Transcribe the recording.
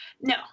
No